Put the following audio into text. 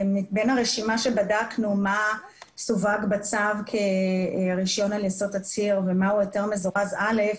הרשימה שבדקנו מה סווג בצו כרישיון על יסוד תצהיר ומהו היתר מזורז א',